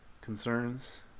Concerns